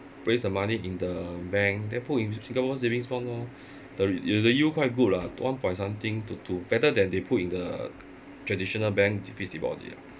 place the money in the bank then put in Singapore savings bond lor the the yield quite good lah one point something to two better than they put in the traditional bank depo~ deposit ah